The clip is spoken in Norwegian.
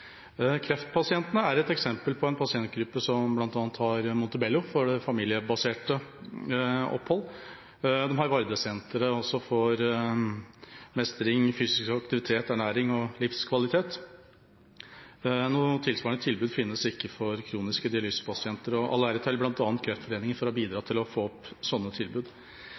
Kreftpasientene er et eksempel på en pasientgruppe som bl.a. har Montebellosenteret for familiebaserte opphold. De har også Vardesenteret for mestring, fysisk aktivitet, ernæring og livskvalitet. Noe tilsvarende tilbud finnes ikke for kroniske dialysepasienter. All ære til bl.a. Kreftforeningen for å ha bidratt til å få opp sånne tilbud.